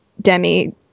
Demi